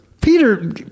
Peter